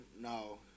No